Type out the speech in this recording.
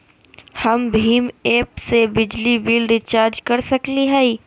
हम भीम ऐप से बिजली बिल रिचार्ज कर सकली हई?